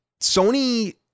Sony